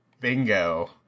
bingo